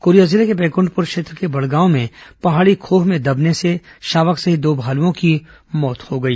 Korea जिले के बैकूंठपुर क्षेत्र के बड़गांव में पहाड़ी खोह में दबने से शावक सहित दो भालुओं की मौत हो गई